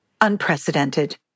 Unprecedented